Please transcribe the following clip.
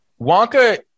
Wonka